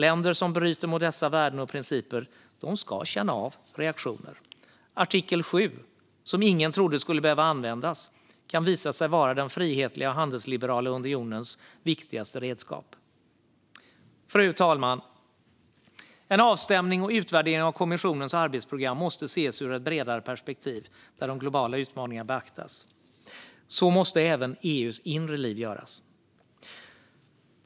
Länder som bryter mot dessa värden och principer ska känna av reaktioner. Artikel 7, som ingen trodde skulle behöva användas, kan visa sig vara den frihetliga och handelsliberala unionens viktigaste redskap. Fru talman! En avstämning och utvärdering av kommissionens arbetsprogram måste ses ur ett bredare perspektiv där de globala utmaningarna beaktas. Så måste det även vara när det gäller EU:s inre liv.